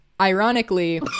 Ironically